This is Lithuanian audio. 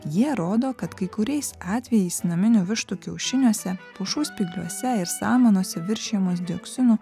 jie rodo kad kai kuriais atvejais naminių vištų kiaušiniuose pušų spygliuose ir samanose viršijamos dioksinų